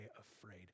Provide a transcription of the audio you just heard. afraid